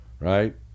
right